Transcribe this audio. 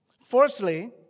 Firstly